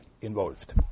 involved